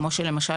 כמו שלמשל,